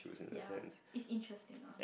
ya is interesting uh